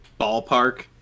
ballpark